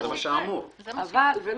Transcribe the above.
זה אמור להיות.